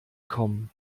kommen